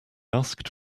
asked